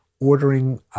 ordering